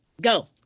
Go